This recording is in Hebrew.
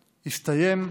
הסתיים,